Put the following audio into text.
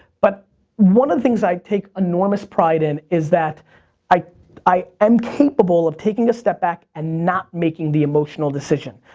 but one of the things i take enormous pride in is that i i am capable of taking a step back and not making the emotional decision.